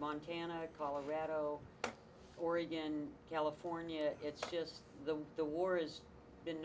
montana colorado oregon california it's just the the war has been